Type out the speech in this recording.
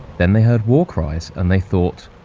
then they heard war cries, and they thought,